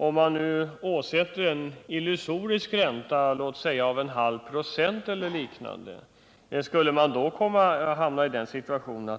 Om man nu åsätter lånet en illusorisk ränta av låt oss säga en halv procent eller liknande — skulle det vara ett sätt att komma undan?